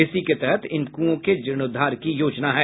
इसी के तहत इन कुओं के जीर्णोद्वार की योजना है